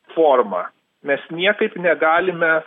formą mes niekaip negalime